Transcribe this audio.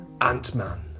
Ant-Man